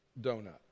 donut